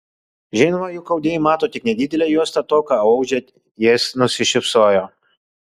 žinoma juk audėjai mato tik nedidelę juostą to ką audžia jis nusišypsojo